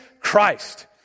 Christ